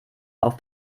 auf